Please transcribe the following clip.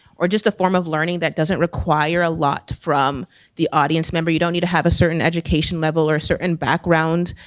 or just a form of learning that doesn't require a lot from the audience member. you don't need to have a certain education level or a certain background,